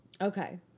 Okay